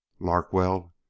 Larkwell